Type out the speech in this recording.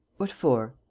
what for?